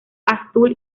azul